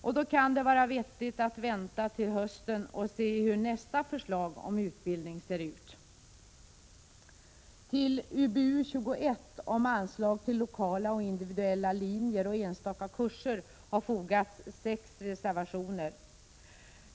Och då kan det vara vettigt att vänta till hösten och se hur nästa förslag om utbildning ser ut. Till betänkandet UbU:21 om anslag till lokala och individuella linjer och enstaka kurser har fogats sex reservationer.